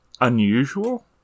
unusual